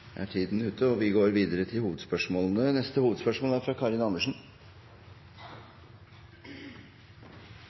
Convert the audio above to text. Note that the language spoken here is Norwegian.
Vi går videre til neste hovedspørsmål.